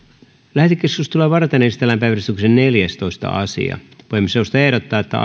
lähetekeskustelua varten esitellään päiväjärjestyksen viidestoista asia puhemiesneuvosto ehdottaa että